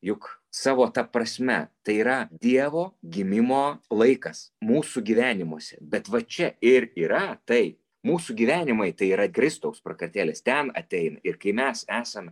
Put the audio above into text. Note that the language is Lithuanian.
juk savo ta prasme tai yra dievo gimimo laikas mūsų gyvenimuose bet va čia ir yra tai mūsų gyvenimai tai yra kristaus prakartėlės ten ateina ir kai mes esame